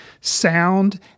sound